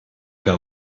que